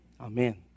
Amen